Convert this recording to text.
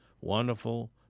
wonderful